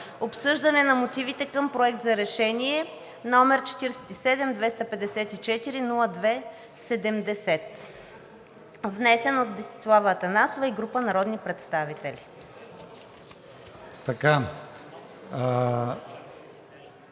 Обсъждане на мотивите към Проект за решение, № 47 254 02-70, внесен от Десислава Атанасова и група народни представители.